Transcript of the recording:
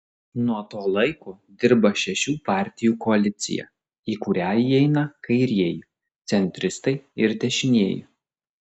nuo to laiko dirba šešių partijų koalicija į kurią įeina kairieji centristai ir dešinieji